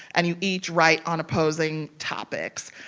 and you each write on opposing topics.